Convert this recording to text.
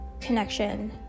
connection